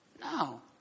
No